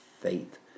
faith